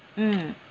mm